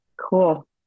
cool